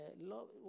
love